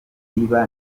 iba